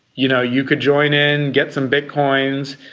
you know you could join in, get some bitcoins,